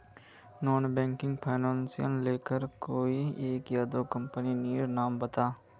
Non banking financial लेर कोई एक या दो कंपनी नीर नाम बता?